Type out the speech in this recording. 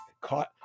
caught